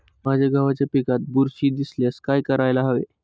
माझ्या गव्हाच्या पिकात बुरशी दिसल्यास काय करायला हवे?